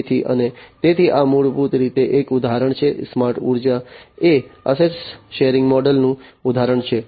તેથી અને તેથી આ મૂળભૂત રીતે એક ઉદાહરણ છે સ્માર્ટ ઊર્જા એ એસેટ શેરિંગ મોડેલનું ઉદાહરણ છે